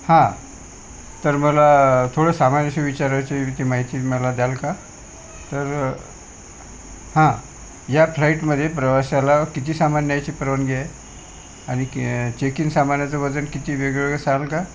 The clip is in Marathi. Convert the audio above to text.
हां तर मला थोडं सामानविषयी विचारायचं आहे ते माहिती मला द्याल का तर हां या फ्लाईटमध्ये प्रवासाला किती सामान न्यायची परवानगी आहे आणि की चेक इन सामानाचं वजन किती वेगवेगळं सांगाल का